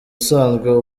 usanzwe